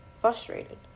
frustrated